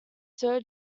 sir